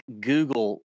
Google